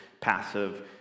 passive